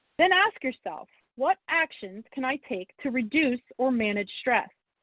then ask yourself, what actions can i take to reduce or manage stress?